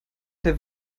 der